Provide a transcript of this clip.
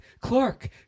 Clark